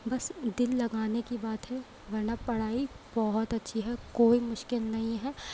بس دل لگانے کی بات ہے ورنہ پڑھائی بہت اچھی ہے کوئی مشکل نہیں ہے